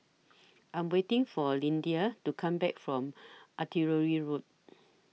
I Am waiting For Lyndia to Come Back from Artillery Road